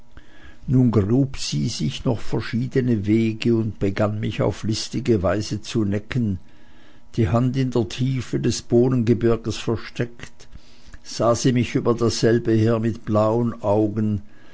nun grub sie sich noch verschiedene wege und begann mich auf die listigste weise zu necken die hand in der tiefe des bohnengebirges versteckt sah sie mich über dasselbe her mit ihren blauen augen